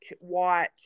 white